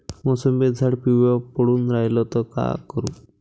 मोसंबीचं झाड पिवळं पडून रायलं त का करू?